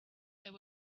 there